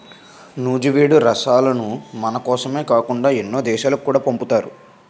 నూజివీడు రసాలను మనకోసమే కాకుండా ఎన్నో దేశాలకు కూడా పంపుతారు